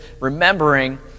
remembering